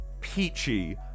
peachy